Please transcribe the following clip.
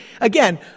again